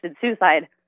suicide